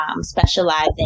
specializing